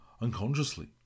unconsciously